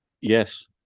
Yes